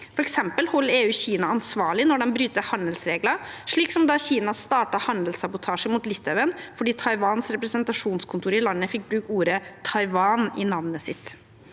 For eksempel holder EU Kina ansvarlig når de bryter handelsregler, slik som da Kinas startet handelssabotasje mot Litauen fordi Taiwans representasjonskontor i landet fikk bruke ordet «Taiwan» i navnet sitt.